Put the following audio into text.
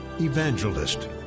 evangelist